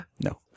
No